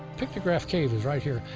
pictograph cave is right here.